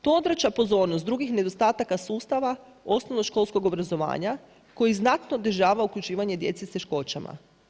To odvraća pozornost drugih nedostataka sustava osnovnoškolskog obrazovanja, koji znatno otežava uključivanje djece s teškoćama.